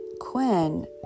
quinn